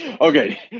Okay